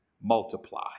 Multiply